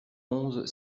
onze